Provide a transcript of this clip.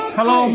Hello